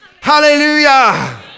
Hallelujah